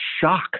shock